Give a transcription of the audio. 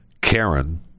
karen